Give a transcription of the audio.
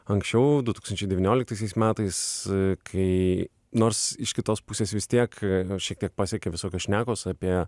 anksčiau du tūkstančiai devynioliktaisiais metais kai nors iš kitos pusės vis tiek šiek tiek pasiekė visokios šnekos apie